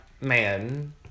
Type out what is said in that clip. man